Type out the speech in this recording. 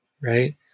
Right